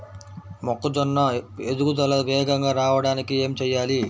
మొక్కజోన్న ఎదుగుదల వేగంగా రావడానికి ఏమి చెయ్యాలి?